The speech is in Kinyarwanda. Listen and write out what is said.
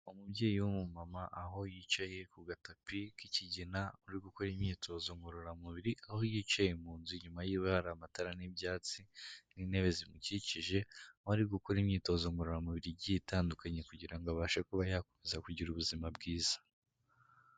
Umubyeyi w'umumama aho yicaye ku gatapi k'ikigina uri gukora imyitozo ngororamubiri, aho yicaye mu nzu inyuma yiwe hari amatara n'ibyatsi n'intebe zimukikije, aho ari gukora imyitozo ngororamubiri igiye itandukanye kugira ngo abashe kuba yakomeza kugira ubuzima bwiza.